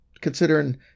considering